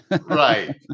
Right